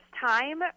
time